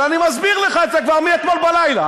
אבל אני מסביר לך את זה כבר מאתמול בלילה,